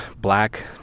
black